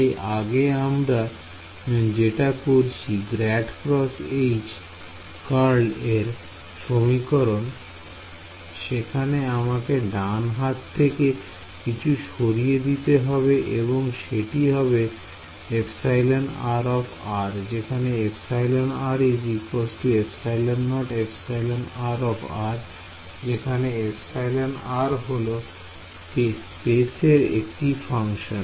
তাই আগে আমরা যেটা করেছি ∇×H কারল এর সমীকরণে সেখানে আমাকে ডান হাত থেকে কিছু সরিয়ে দিতে হবে এবং সেটি হবে εr যেখানে ε ε0εr যেখানে εr হল পেসের একটি ফাংশন